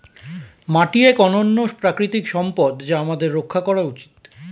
মাটি এক অনন্য প্রাকৃতিক সম্পদ যা আমাদের রক্ষা করা উচিত